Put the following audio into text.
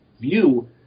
view